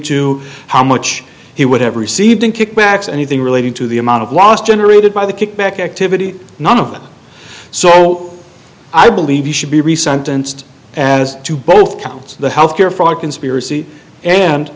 to how much he would have received in kickbacks anything relating to the amount of loss generated by the kickback activity none of it so i believe he should be resentenced as to both counts the health care fraud conspiracy and